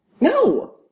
No